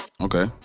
Okay